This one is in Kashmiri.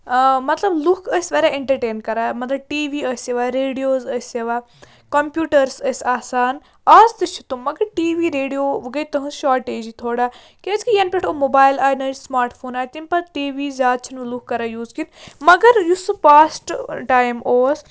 مطلب لُکھ ٲسۍ واریاہ اٮ۪نٹَرٹین کَران مَطلَب ٹی وی ٲسۍ یِوان ریڈیوز ٲسۍ یِوان کَمپیوٗٹٲرٕس ٲسۍ آسان آز تہِ چھِ تم مگر ٹی وی ریڈیو گٔے تُہٕنٛز شاٹیجی تھوڑا کیازکہِ یَنہٕ پٮ۪ٹھ یِم موبایل آے نٔے سماٹ فون آے تمہِ پَتہٕ ٹی وی زیادٕ چھِنہٕ لُکھ کَران یوٗز کینٛہہ مگر یُس سُہ پاسٹ ٹایم اوس